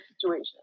situation